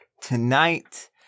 tonight